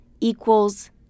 equals